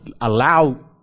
allow